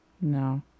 No